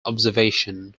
observation